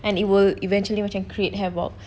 and it will eventually macam create havoc